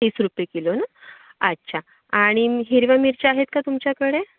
तीस रूपये किलो ना अच्छा आणि हिरव्या मिरच्या आहेत का तुमच्याकडे